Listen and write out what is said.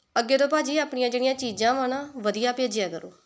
ਅੱਗੇ ਤੋਂ ਭਾਅ ਜੀ ਆਪਣੀਆਂ ਜਿਹੜੀਆਂ ਚੀਜ਼ਾਂ ਵਾ ਨਾ ਵਧੀਆ ਭੇਜਿਆ ਕਰੋ